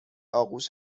آغوش